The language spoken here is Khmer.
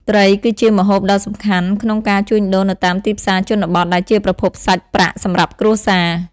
ត្រីគឺជា ម្ហូប ដ៏សំខាន់ក្នុងការជួញដូរនៅតាមទីផ្សារជនបទ ដែលជាប្រភពសាច់ប្រាក់សម្រាប់គ្រួសារ។